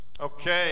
Okay